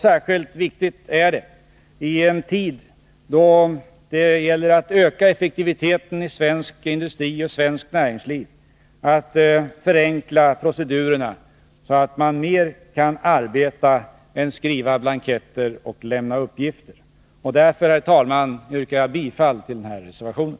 Särskilt viktigt är det i en tid då det gäller att öka effektiviteten i svensk industri och i svenskt näringsliv och att procedurerna förenklas, så att man mer kan arbeta än skriva blanketter och lämna uppgifter. Därför, herr talman, yrkar jag bifall till reservationen.